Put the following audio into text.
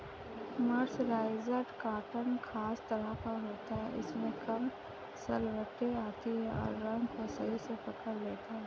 mercerised cotton खास तरह का होता है इसमें कम सलवटें आती हैं और रंग को सही से पकड़ लेता है